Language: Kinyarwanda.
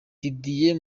didier